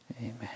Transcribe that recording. Amen